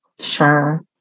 Sure